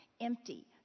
empty